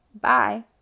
Bye